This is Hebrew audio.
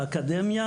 באקדמיה,